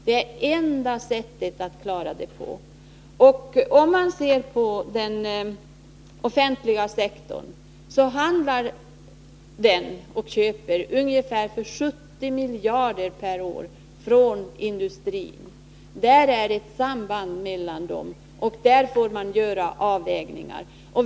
Det är det enda sättet att klara problemet. Ser man på den offentliga sektorn, finner man att den köper av industrin för ungefär 70 miljarder kronor per år. Här finns det ett samband och här får man göra avvägningar.